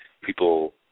people